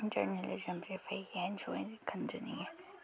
ꯖꯔꯅꯦꯂꯤꯖꯝꯁꯦ ꯐꯩ ꯍꯥꯏꯅꯁꯨ ꯑꯩꯅ ꯈꯟꯖꯅꯤꯡꯉꯦ